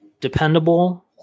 dependable